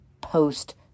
post